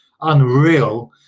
unreal